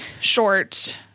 short